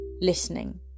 listening